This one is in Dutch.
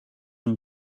een